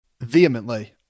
vehemently